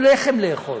לאכול,